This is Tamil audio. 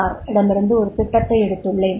ஆர் இடமிருந்து ஒரு திட்டத்தை எடுத்துள்ளேன்